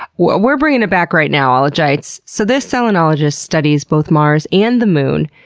we're we're bringing it back right now, ologites! so this selenologist studies both mars and the moon.